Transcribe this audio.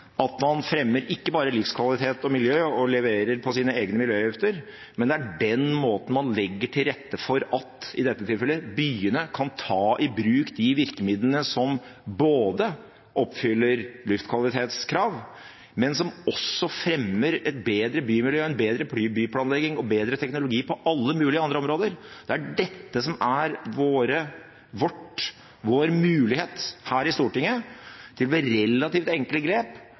at man fremmer ikke bare livskvalitet og miljø og leverer på sine egne miljøløfter, men det er også på den måten man legger til rette for at – i dette tilfellet – byene kan ta i bruk de virkemidlene som både oppfyller luftkvalitetskrav og fremmer et bedre bymiljø, en bedre byplanlegging og bedre teknologi på alle mulige andre områder. Det er dette som er vår mulighet her i Stortinget til ved relativt enkle grep